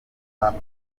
papa